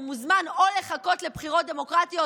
הוא מוזמן או לחכות לבחירות דמוקרטיות,